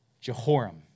Jehoram